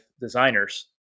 designers